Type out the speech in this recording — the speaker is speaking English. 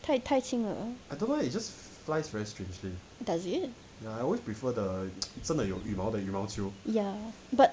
太太轻了 does it ya ya but